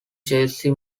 jersey